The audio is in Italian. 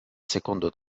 secondo